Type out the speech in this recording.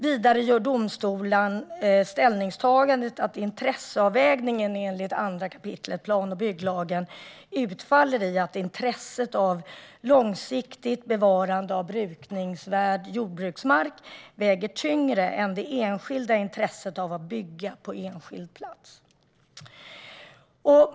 Vidare gör domstolen ställningstagandet att intresseavvägningen enligt 2 kap. plan och bygglagen utfaller i att intresset av långsiktigt bevarande av brukningsvärd jordbruksmark väger tyngre än det enskilda intresset av att bygga på enskild mark.